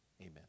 amen